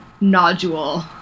nodule